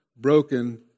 broken